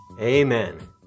Amen